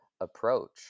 approach